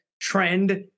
trend